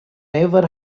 never